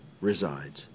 resides